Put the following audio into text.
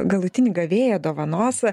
galutinį gavėją dovanos